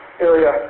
area